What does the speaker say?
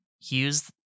use